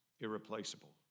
irreplaceable